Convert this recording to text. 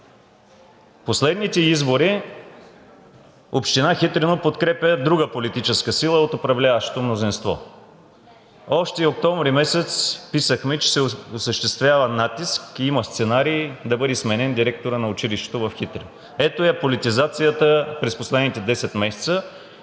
последните избори Община Хитрино подкрепя друга политическа сила от управляващото мнозинство. Още месец октомври писахме, че се осъществява натиск и има сценарии да бъде сменен директорът на училището в Хитрино. Ето я политизацията през последните десет месеца